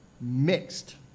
mixed